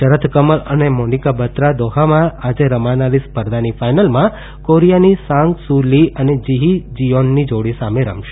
શરથ કમલ અને મોનીકા બાત્રા દોહામાં આજે રમાનારી સ્પર્ધાની ફાઇનલમાં કોરીયાની સાંગ સુ લી અને જીહી જીઓનની જોડી સામે રમશે